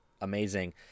amazing